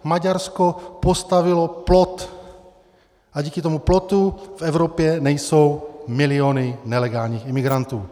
Maďarsko postavilo plot a díky tomu plotu v Evropě nejsou miliony nelegálních imigrantů.